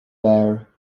bare